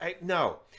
No